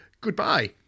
Goodbye